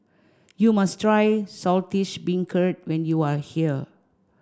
you must try Saltish Beancurd when you are here